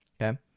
okay